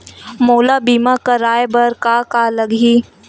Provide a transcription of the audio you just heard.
मोला बीमा कराये बर का का लगही?